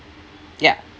ya